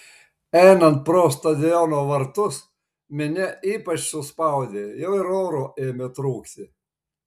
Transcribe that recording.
einant pro stadiono vartus minia ypač suspaudė jau ir oro ėmė trūkti